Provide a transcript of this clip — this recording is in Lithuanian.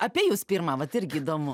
apie jus pirma vat irgi įdomu